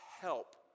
help